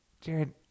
jared